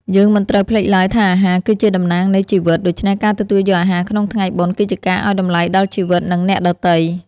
យើងមិនត្រូវភ្លេចឡើយថាអាហារគឺជាតំណាងនៃជីវិត ដូច្នេះការទទួលយកអាហារក្នុងថ្ងៃបុណ្យគឺជាការឱ្យតម្លៃដល់ជីវិតនិងអ្នកដទៃ។